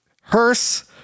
hearse